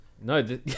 No